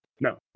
No